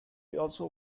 also